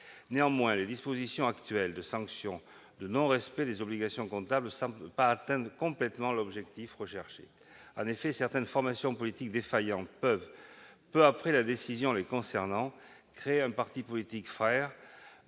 actuelles dispositions relatives à la sanction du non-respect des obligations comptables semblent ne pas atteindre complètement l'objectif. En effet, certaines formations politiques défaillantes peuvent, peu après la décision les concernant, créer un parti politique « frère